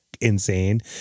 Insane